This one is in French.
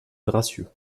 gracieux